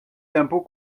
d’impôt